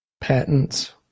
patents